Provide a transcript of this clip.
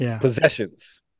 possessions